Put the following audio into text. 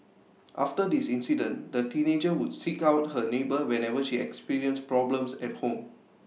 after this incident the teenager would seek out her neighbour whenever she experienced problems at home